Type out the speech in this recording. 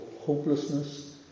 hopelessness